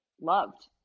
loved